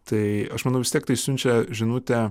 tai aš manau vis tiek tai siunčia žinutę